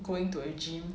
going to a gym